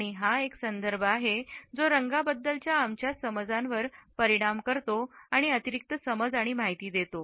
आणि हा एक संदर्भ आहे जो रंगाबद्दलच्या आमच्या समजांवर परिणाम करतो आणि अतिरिक्त समज आणि माहिती देतो